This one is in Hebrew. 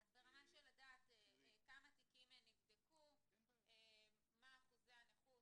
אז ברמה של לדעת כמה תיקים נבדקו, מה אחוזי הנכות.